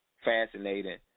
Fascinating